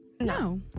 no